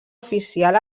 oficial